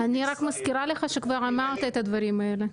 --- אני רק מזכירה לך שכבר אמרת את הדברים האלה.